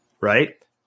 right